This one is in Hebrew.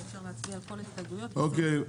אוקיי,